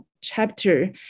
chapter